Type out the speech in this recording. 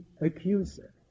accuser